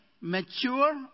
mature